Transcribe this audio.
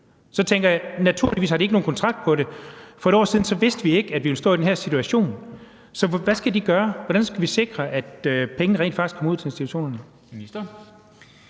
Så tænker jeg: De har naturligvis ikke nogen kontrakt på det, for for et år siden vidste vi ikke, at vi ville stå i den her situation, så hvad skal de gøre? Hvordan skal vi sikre, at pengene rent faktisk kommer ud til institutionerne?